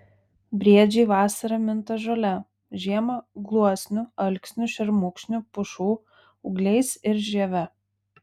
briedžiai vasarą minta žole žiemą gluosnių alksnių šermukšnių pušų ūgliais ir žieve